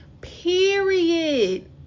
period